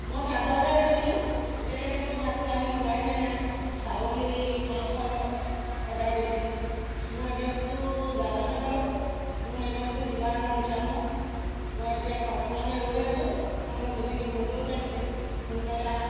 মই ভাতৰ অৰ্ডাৰ দিছিলোঁ এতিয়ালৈকেতো ভাতটো আহি পোৱাহিয়ে নাই ছাগলী মাংস অৰ্ডাৰ দিছিলোঁ মোৰ এড্ৰেছটো জানানে বাৰু মোৰ এড্ৰেছটো শিৱসাগৰ দিচাংমুখ মই এতিয়া খাবৰ কাৰণে ৰৈ আছোঁ মোৰ অলপ বেছিকৈ ভোকো লাগিছে সোনকালে আহাঁ